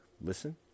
listen